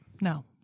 No